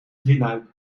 drieluik